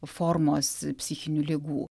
formos psichinių ligų